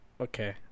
okay